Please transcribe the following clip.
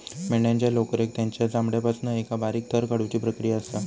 मेंढ्यांच्या लोकरेक तेंच्या चामड्यापासना एका बारीक थर काढुची प्रक्रिया असा